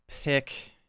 pick